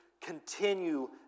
continue